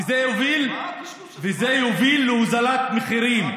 וזה הוביל וזה יוביל להוזלת מחירים.